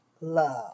love